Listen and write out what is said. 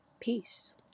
Peace